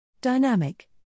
dynamic